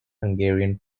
hungarian